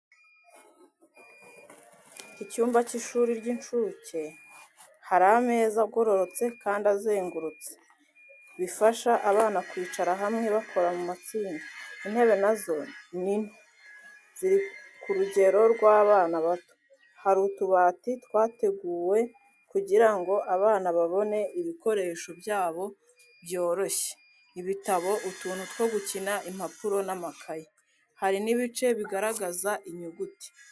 Icyumba cy’ishuri ry’incuke. Hari ameza agororotse kandi azengurutse, bifasha abana kwicara hamwe, bakora mu matsinda. Intebe na zo ni nto ziri ku rugero rw’abana bato. Hari utubati twateguwe kugira ngo abana babone ibikoresho byabo byoroshye: ibitabo, utuntu two gukina, impapuro n’amakayi. Hari n'ibice bigaragaza inyuguti.